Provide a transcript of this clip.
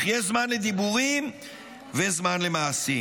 אך יש זמן לדיבורים וזמן למעשים,